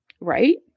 Right